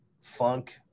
funk